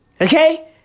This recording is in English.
Okay